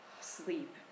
sleep